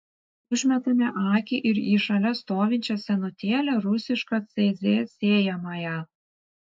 užmetame akį ir į šalia stovinčią senutėlę rusišką cz sėjamąją